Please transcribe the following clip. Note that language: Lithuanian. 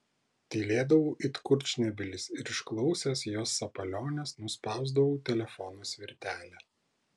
tylėdavau it kurčnebylis ir išklausęs jos sapaliones nuspausdavau telefono svirtelę